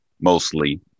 mostly